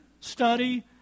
study